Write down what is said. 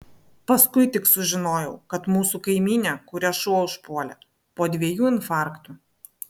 paskui tik sužinojau kad mūsų kaimynė kurią šuo užpuolė po dviejų infarktų